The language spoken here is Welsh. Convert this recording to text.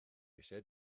eisiau